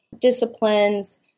disciplines